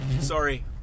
Sorry